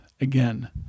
again